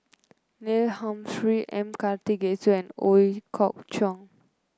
Neil Humphrey M Karthigesu and Ooi Kok Chuen